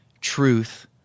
truth